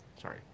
Sorry